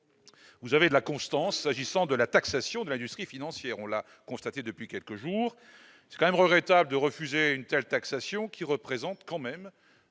Vous avez la constance agissant de la taxation de l'industrie financière, on l'a constaté depuis quelques jours, c'est quand même regrettable de refuser une telle taxation qui représente quand même